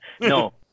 No